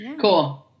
cool